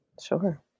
Sure